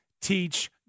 teach